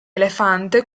elefante